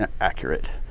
accurate